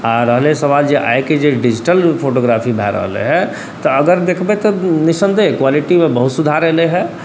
आओर रहलै सवाल आइके जे डिजिटल फोटोग्राफी भऽ रहलै हँ तऽ अगर देखबै तऽ निस्सन्देह क्वालिटीमे बहुत सुधार अएलै हँ